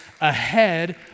ahead